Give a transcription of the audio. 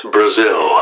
Brazil